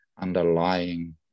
underlying